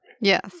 Yes